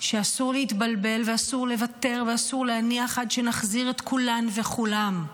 שאסור להתבלבל ואסור לוותר ואסור להניח עד שנחזיר את כולן וכולם.